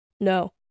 No